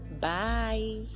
Bye